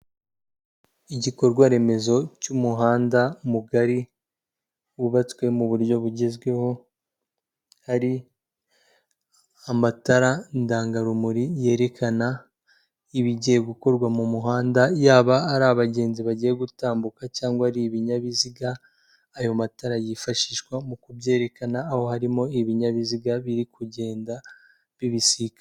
Igikorwa remezo cy'umuhanda mugari, wubatswe mu buryo bugezweho, hari amatara ndangarumuri, yerekana ibigiye gukorwa mu muhanda, yaba ari abagenzi bagiye gutambuka, cyangwa ari ibinyabiziga, ayo matara yifashishwa mu kubyerekana, aho harimo ibinyabiziga biri kugenda bibisikana.